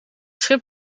schip